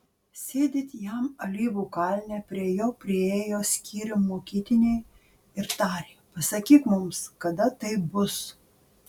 sėdint jam alyvų kalne prie jo priėjo skyrium mokytiniai ir tarė pasakyk mums kada tai bus